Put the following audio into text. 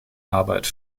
arbeit